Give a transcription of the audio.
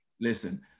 listen